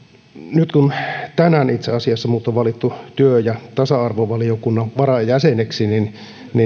nyt kun tänään itse asiassa minut on valittu työ ja tasa arvovaliokunnan varajäseneksi kiitoksia